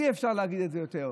אי-אפשר להגיד את זה יותר.